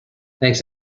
thanks